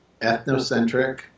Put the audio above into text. ethnocentric